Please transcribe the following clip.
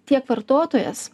tiek vartotojas